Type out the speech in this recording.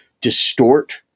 distort